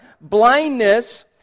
blindness